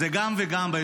זה גם וגם.